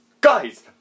Guys